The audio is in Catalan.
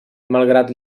malgrat